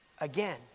again